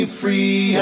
free